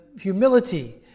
humility